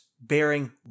bearing